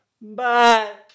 bye